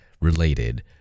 related